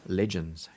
legends